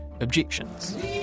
objections